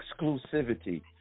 exclusivity